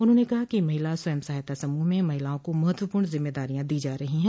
उन्होंने कहा कि महिला स्वयं सहायता समूह में महिलाओं को महत्वपूर्ण जिम्मेदारियां दी जा रही हैं